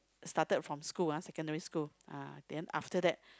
started from school ah secondary school ah then after that